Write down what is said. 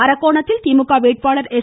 அரக்கோணத்தில் திமுக வேட்பாளர் எஸ்